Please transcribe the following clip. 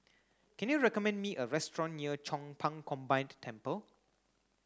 can you recommend me a restaurant near Chong Pang Combined Temple